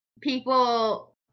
people